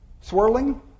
swirling